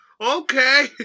okay